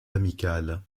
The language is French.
amicales